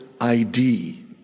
ID